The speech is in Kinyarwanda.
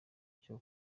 cyo